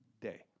day